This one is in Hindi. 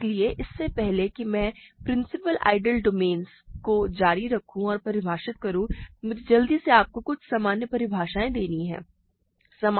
इसलिए इससे पहले कि मैं प्रिंसिपल आइडियल डोमेन्स को जारी रखूँ और परिभाषित करूँ मुझे जल्दी से आपको कुछ सामान्य परिभाषाएँ देनी चाहिए